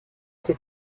été